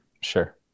sure